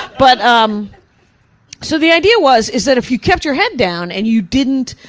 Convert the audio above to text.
but um so the idea was, is, that if you kept your head down and you didn't,